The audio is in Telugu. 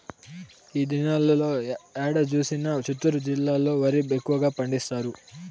ఈ దినాల్లో ఏడ చూసినా చిత్తూరు జిల్లాలో వరి ఎక్కువగా పండిస్తారు